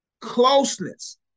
closeness